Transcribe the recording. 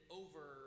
over